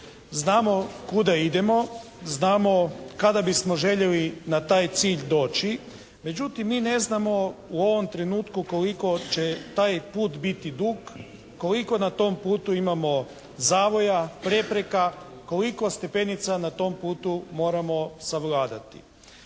Znamo kuda idemo, znamo kada bismo željeli na taj cilj doći međutim mi ne znamo u ovom trenutku koliko će taj put biti dug? Koliko na tom putu imamo zavoja, prepreka? Koliko stepenica na tom putu moramo savladati?